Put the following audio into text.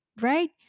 right